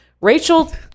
rachel